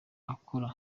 akora